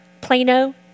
Plano